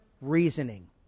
reasoning